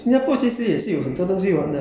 是挺好玩的我觉得